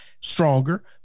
stronger